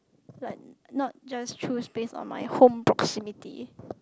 like not just through space on my home vicinity